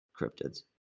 cryptids